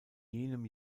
jenem